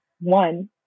one